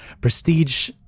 prestige